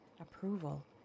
approval